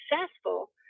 successful